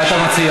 מה אתה מציע?